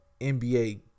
NBA